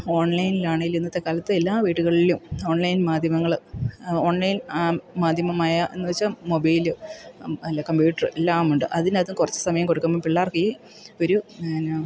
ഓൺലൈനിലാണെങ്കിൽ ഇന്നത്തെ കാലത്ത് എല്ലാ വീടുകളിലും ഓൺലൈൻ മാധ്യമങ്ങൾ ഓൺലൈൻ മാധ്യമമായ എന്നു വെച്ചാൽ മൊബൈൽ അല്ല കമ്പ്യൂട്ടർ എല്ലാമുണ്ട് അതിനകത്ത് കുറച്ച് സമയം കൊടുക്കുമ്പം പിള്ളേർക്കീ ഒരു